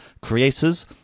creators